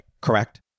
correct